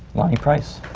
lonny price.